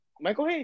Michael